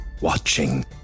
watching